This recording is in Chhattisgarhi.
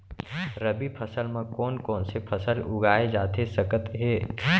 रबि फसल म कोन कोन से फसल उगाए जाथे सकत हे?